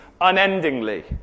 unendingly